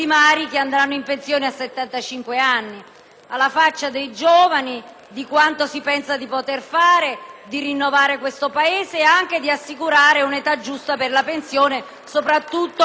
Alla faccia dei giovani, di quanto si pensa di poter fare in termini di rinnovamento del Paese oltre che di assicurare un'età giusta per la pensione soprattutto per talune categorie.